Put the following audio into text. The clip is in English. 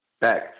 back